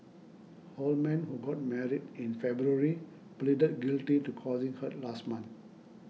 Holman who got married in February pleaded guilty to causing hurt last month